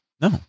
No